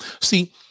See